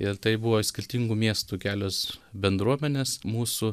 ir tai buvo iš skirtingų miestų kelios bendruomenės mūsų